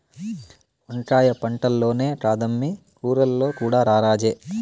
వంకాయ పంటల్లోనే కాదమ్మీ కూరల్లో కూడా రారాజే